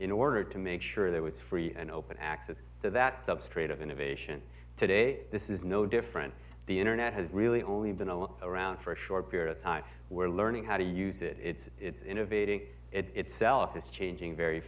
in order to make sure there was free and open access to that substrate of innovation today this is no different the internet has really only been a little around for a short period of time we're learning how to use it it's it's innovating itself is changing very